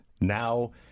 now